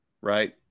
right